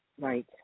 Right